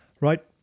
Right